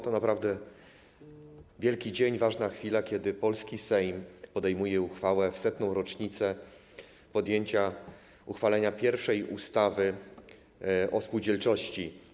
To naprawdę wielki dzień, ważna chwila, kiedy polski Sejm podejmuje uchwałę w 100. rocznicę uchwalenia pierwszej ustawy o spółdzielczości.